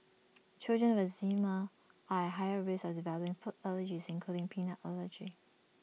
children with eczema are at higher risk of developing food allergies including peanut allergy